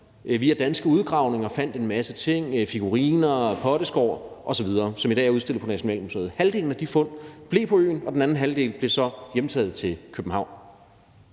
via danske udgravninger fandt en masse ting – figuriner, potteskår osv. – som i dag er udstillet på Nationalmuseet. Halvdelen af de fund blev på øen, og den anden halvdel blev så hjemtaget til København.